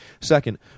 Second